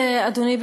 אדוני,